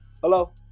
Hello